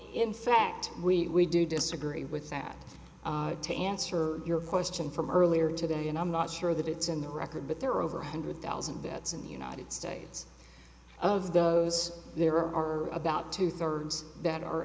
in fact we do disagree with that to answer your question from earlier today and i'm not sure that it's in the record but there are over one hundred thousand vets in the united states of those there are about two thirds that are